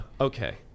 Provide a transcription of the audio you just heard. Okay